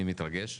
אני מתרגש.